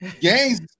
gangs